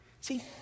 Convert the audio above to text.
See